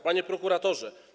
Panie Prokuratorze!